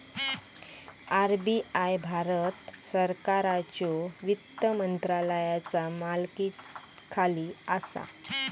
RBI Bharat सरकारच्यो वित्त मंत्रालयाचा मालकीखाली असा